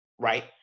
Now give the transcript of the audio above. right